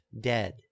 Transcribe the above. dead